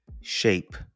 shape